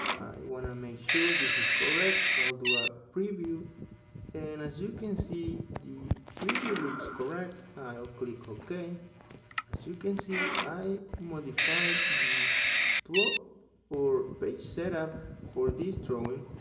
want to make sure this is correct i'll do a preview and as you can see the preview looks correct. i'll click ok as you can see i modified the plot or page setup for this drawing